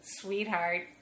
sweetheart